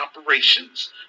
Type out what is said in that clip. operations